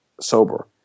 sober